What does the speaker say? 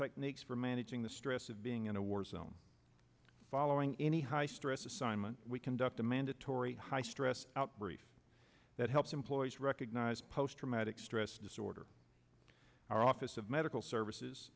techniques for managing the stress of being in a war zone following in a high stress assignment we conduct a mandatory high stress out brief that helps employees recognize post traumatic stress disorder our office of medical services